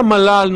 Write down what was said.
למל"ל,